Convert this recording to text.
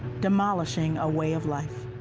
demolishing a way of life.